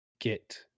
Get